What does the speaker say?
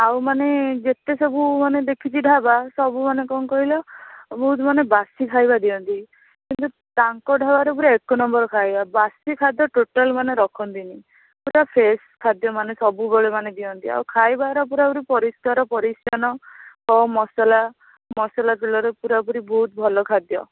ଆଉ ମାନେ ଯେତେ ସବୁ ମାନେ ଦେଖିଛି ଢ଼ାବା ସବୁ ମାନେ କ'ଣ କହିଲ ବହୁତ ମାନେ ବାସି ଖାଇବା ଦିଅନ୍ତି କିନ୍ତୁ ତାଙ୍କ ଢାବାରେ ପୂରା ଏକ ନମ୍ବର ଖାଇବା ବାସି ଖାଦ୍ୟ ଟୋଟାଲ୍ ମାନେ ରଖନ୍ତିନି ପୂରା ଫ୍ରେଶ୍ ଖାଦ୍ୟ ମାନେ ସବୁବେଳେ ମାନେ ଦିଅନ୍ତି ଆଉ ଖାଇବାର ପୂରାପୂରି ପରିଷ୍କାର ପରିଚ୍ଛନ୍ନ କମ୍ ମସଲା ମସଲା ତେଲରେ ପୂରାପୂରି ବହୁତ ଭଲ ଖାଦ୍ୟ